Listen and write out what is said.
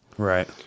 Right